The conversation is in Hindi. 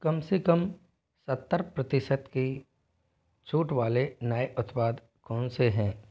कम से कम सत्तर प्रतिशत की छूट वाले नए उत्पाद कौन से हैं